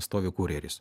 stovi kurjeris